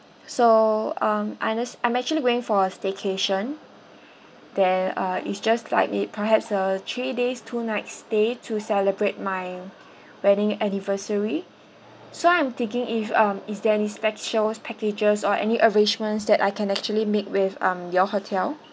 so um honest I'm actually going for a staycation there uh it's just slightly perhaps uh three days two night stay to celebrate my wedding anniversary so I'm thinking if um is there any specs shows packages or any arrangements that I can actually make with um your hotel